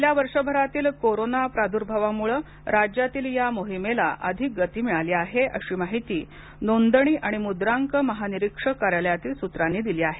गेल्या वर्षभरातील कोरोना प्रादूर्भावामुळं राज्यातील या मोहिमेला अधिक गती मिळाली आहे अशी माहिती नोंदणी आणि मुद्रांक महानिरीक्षक कार्यालयातील सूत्रांनी दिली आहे